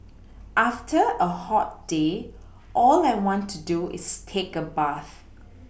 after a hot day all I want to do is take a bath